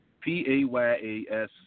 P-A-Y-A-S